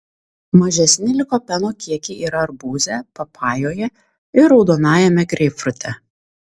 mažesni likopeno kiekiai yra arbūze papajoje ir raudonajame greipfrute